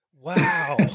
Wow